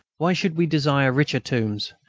why should we desire richer tombs,